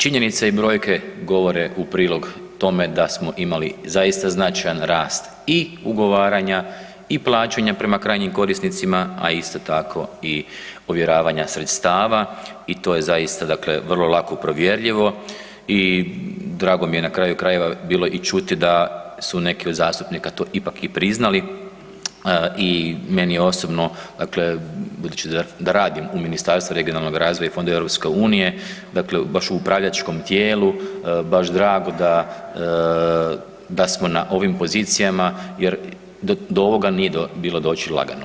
Činjenice i brojke govore u prilog tome da smo imali zaista značajan rast i ugovaranja i plaćanja prema krajnjim korisnicima, a isto tako i ovjeravanja sredstava i to je zaista dakle vrlo lako provjerljivo i drago mi je na kraju krajeva i bilo i čuti da su neki od zastupnika to ipak priznali i meni je osobno dakle budući da radim u Ministarstvu regionalnoga razvoja i fondova EU, dakle baš u upravljačkom tijelu baš drago da smo na ovim pozicijama jer do ovoga nije bilo doći lagano.